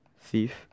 Thief